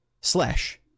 slash